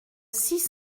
six